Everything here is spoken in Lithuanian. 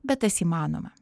bet tas įmanoma